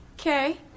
Okay